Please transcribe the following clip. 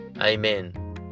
amen